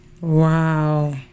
Wow